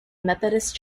methodist